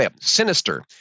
sinister